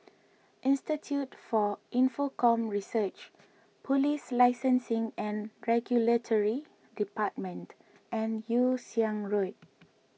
Institute for Infocomm Research Police Licensing and Regulatory Department and Yew Siang Road